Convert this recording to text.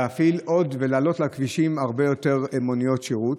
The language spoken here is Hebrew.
להפעיל עוד ולהעלות לכבישים הרבה יותר מוניות שירות?